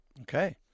Okay